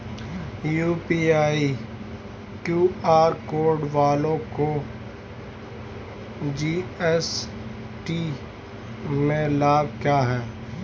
UPI QR code वालों को GST में लाभ क्या है?